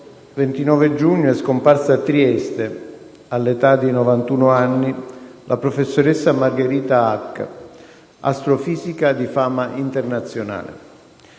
29 giugno è scomparsa a Trieste, all'età di 91 anni, la professoressa Margherita Hack, astrofisica di fama internazionale.